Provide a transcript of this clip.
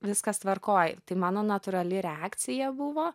viskas tvarkoj tai mano natūrali reakcija buvo